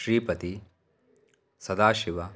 श्रीपतिः सदाशिवः